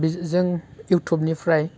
बे जो जों इउटुबनिफ्राइ